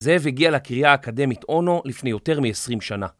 זאב הגיע לקריאה האקדמית אונו לפני יותר מ-20 שנה.